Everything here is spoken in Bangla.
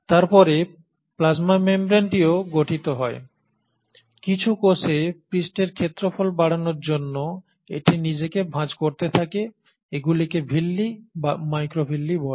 তারপরে প্লাজমা মেমব্রেনটিও গঠিত হয় কিছু কোষে পৃষ্ঠের ক্ষেত্রফল বাড়ানোর জন্য এটি নিজেকে ভাঁজ করতে থাকে এগুলিকে ভিল্লি বা মাইক্রোভিল্লি বলে